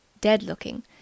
dead-looking